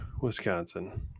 Wisconsin